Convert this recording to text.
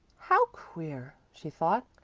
how queer, she thought.